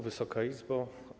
Wysoka Izbo!